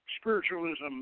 spiritualism